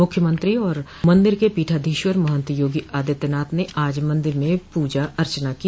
मुख्यमंत्री और मंदिर के पीठाधीश्वर महंत योगी आदित्यनाथ ने आज मंदिर में पूजा अर्चना की